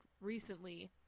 recently